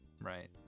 Right